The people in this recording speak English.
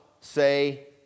say